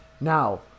Now